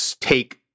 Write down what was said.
take